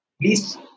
Please